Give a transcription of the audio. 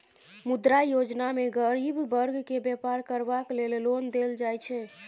मुद्रा योजना मे गरीब बर्ग केँ बेपार करबाक लेल लोन देल जाइ छै